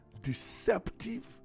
deceptive